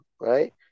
right